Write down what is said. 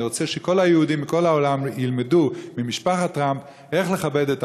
אני רוצה שכל היהודים בכל העולם ילמדו ממשפחת טראמפ איך לכבד את